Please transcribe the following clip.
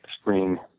screen